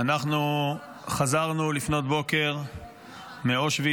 אנחנו חזרנו לפנות בוקר מאושוויץ,